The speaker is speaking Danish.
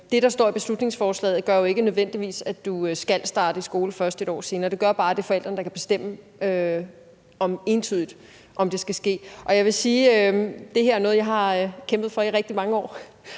Det, der står i beslutningsforslaget, gør jo ikke nødvendigvis, at du skal starte i skole først 1 år senere; det gør bare, at det er forældrene, der kan bestemme entydigt, om det skal ske. Jeg vil sige, at det her er noget, jeg har kæmpet for i rigtig mange år,